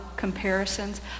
comparisons